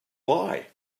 lie